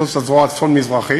זאת הזרוע הצפון-מזרחית.